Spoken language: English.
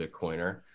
bitcoiner